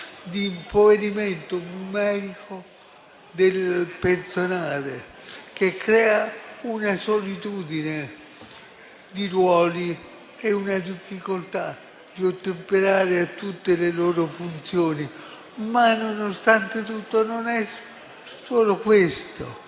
di impoverimento numerico del personale che hanno creato solitudine di ruoli e difficoltà nell'ottemperare a tutte le loro funzioni. Nonostante tutto, non è solo questo.